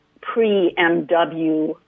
pre-MW